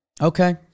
Okay